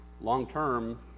long-term